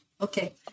okay